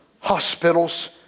hospitals